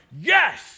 yes